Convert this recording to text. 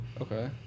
Okay